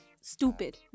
Stupid